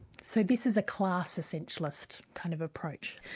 so this is a class essentialist kind of approach.